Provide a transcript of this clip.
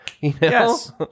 Yes